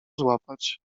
złapać